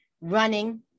running